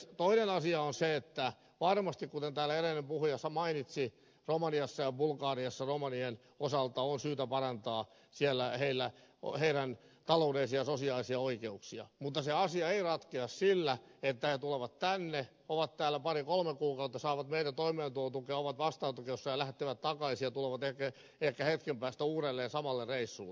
toinen asia on se että varmasti kuten täällä edellinen puhuja mainitsi romaniassa ja bulgariassa on syytä parantaa romanien taloudellisia ja sosiaalisia oikeuksia mutta se asia ei ratkea sillä että he tulevat tänne ovat täällä pari kolme kuukautta saavat meidän toimeentulotukea ovat vastaanottokeskuksessa ja lähtevät takaisin ja tulevat ehkä hetken päästä uudelleen samalle reissulle